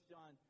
John